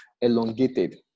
elongated